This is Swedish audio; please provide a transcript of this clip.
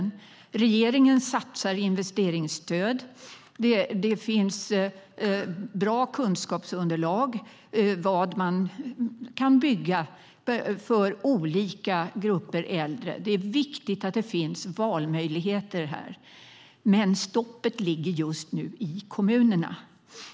Men regeringen satsar investeringsstöd, och det finns bra kunskapsunderlag om vad man kan bygga för olika grupper av äldre - det är viktigt att det finns valmöjligheter. Stoppet ligger just nu i kommunerna.